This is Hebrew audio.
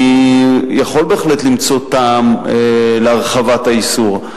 אני יכול בהחלט למצוא טעם להרחבת האיסור,